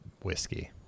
whiskey